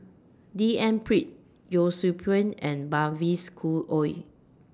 D N Pritt Yee Siew Pun and Mavis Khoo Oei